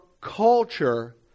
culture